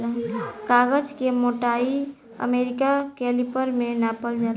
कागज के मोटाई अमेरिका कैलिपर में नापल जाला